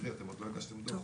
אתם עוד לא הגשתם דוח.